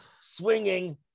swinging